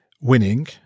winning